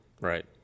Right